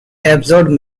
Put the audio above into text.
absorbed